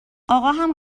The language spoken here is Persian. آقاهم